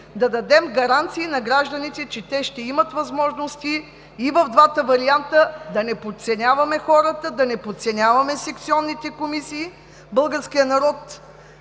да дадем гаранции на гражданите, че те ще имат възможности и в двата варианта, да не подценяваме хората, да не подценяваме секционните комисии, българския народ